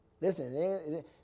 Listen